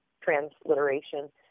transliteration